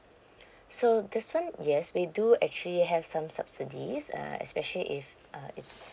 so this one yes we do actually have some subsidies uh especially if uh